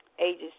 ages